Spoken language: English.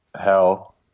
hell